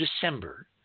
December